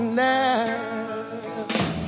now